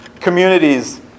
communities